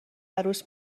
عروس